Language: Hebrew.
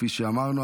כפי שאמרנו,